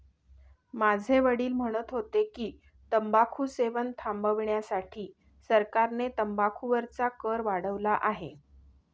माझे वडील म्हणत होते की, तंबाखू सेवन थांबविण्यासाठी सरकारने तंबाखू वरचा कर वाढवला आहे